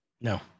No